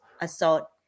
assault